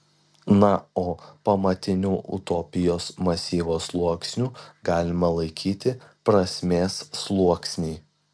na o pamatiniu utopijos masyvo sluoksniu galima laikyti prasmės sluoksnį